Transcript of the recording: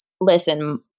listen